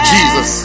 Jesus